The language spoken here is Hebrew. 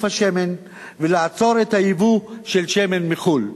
השמן ולעצור את הייבוא של שמן מחו"ל,